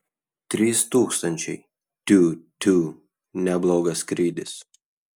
trys tūkstančiai tiū tiū neblogas skrydis